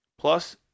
Plus